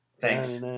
Thanks